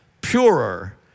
purer